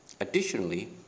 Additionally